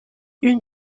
une